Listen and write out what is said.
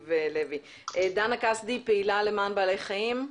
דנה כשדי, פעילה למען בעלי חיים,